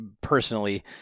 personally